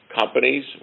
Companies